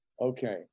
Okay